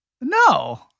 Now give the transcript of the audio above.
no